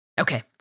Okay